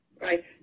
Right